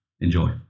Enjoy